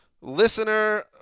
listener